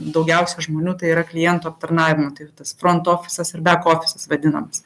daugiausia žmonių tai yra klientų aptarnavimo tai yra tas front ofisas ir back ofisas vadinamas